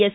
S